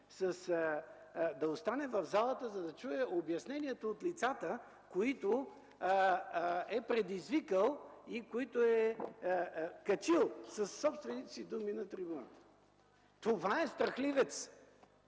да остане в залата, за да чуе обяснението от лицата, които е предизвикал и които е качил със собствените си думи на трибуната! Това е страхливец!